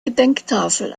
gedenktafel